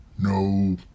No